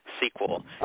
sequel